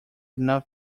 enough